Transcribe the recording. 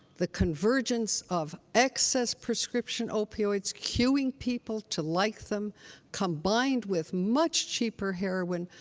the convergence of excess prescription opioids cuing people to like them combined with much cheaper heroin,